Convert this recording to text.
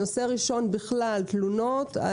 נושא ראשון בכלל תלונות,